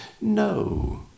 No